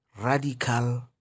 radical